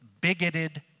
bigoted